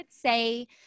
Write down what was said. say